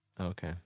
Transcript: Okay